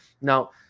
now